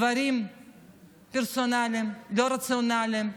דברים פרסונליים, לא רציונליים,